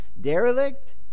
derelict